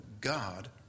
God